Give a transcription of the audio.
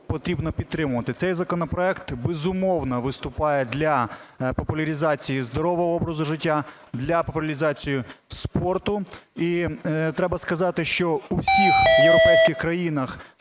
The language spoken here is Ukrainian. потрібно підтримувати. Цей законопроект, безумовно, виступає для популяризації здорового образу життя, для популяризації спорту. І треба сказати, що у всіх європейських країнах